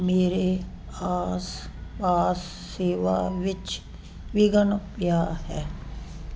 ਮੇਰੇ ਆਸ ਪਾਸ ਸੇਵਾ ਵਿੱਚ ਵਿਘਨ ਪਿਆ ਹੈ